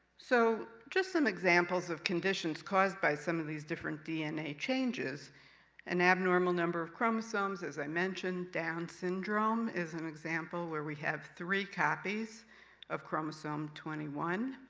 so, just some examples of conditions caused by some of these different dna changes an abnormal number of chromosomes, as i mentioned down syndrome, is an example where we have three copies of chromosome twenty one.